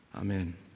Amen